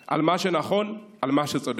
על מה שנכון, על מה שצודק.